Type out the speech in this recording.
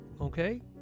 Okay